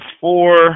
Four